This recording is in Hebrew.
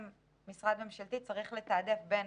משרד ממשלתי צריך לתעדף היום בין